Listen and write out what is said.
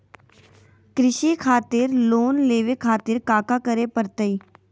कृषि खातिर लोन लेवे खातिर काका करे की परतई?